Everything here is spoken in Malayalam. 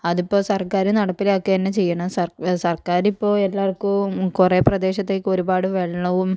അതിപ്പോൾ സർക്കാര് നടപ്പിലാക്കുക തന്നെ ചെയ്യണം സർ സർക്കാരിപ്പോൾ എല്ലാവർക്കും കുറെ പ്രദേശത്തേക്ക് ഒരുപാട് വെള്ളവും